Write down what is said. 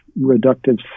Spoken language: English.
reductive